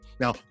Now